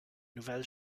nouvelles